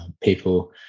people